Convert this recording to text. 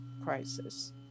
crisis